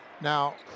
Now